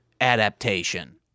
adaptation